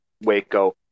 Waco